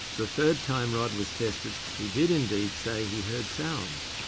the third time rod was tested, he did indeed say he heard sounds.